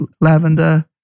Lavender